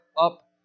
up